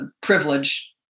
privilege